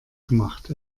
gemacht